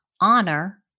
honor